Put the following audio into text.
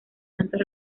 santos